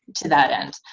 to that end,